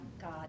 God